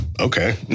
okay